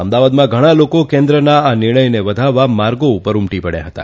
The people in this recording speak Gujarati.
અમદાવાદમાં ઘણા લોકો કેન્દ્રના આ નિર્ણયને વધાવવા માર્ગો ઉપર ઉમટી પડ્યા હતા